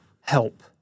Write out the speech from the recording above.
help